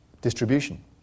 distribution